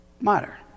matter